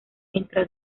entre